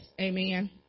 Amen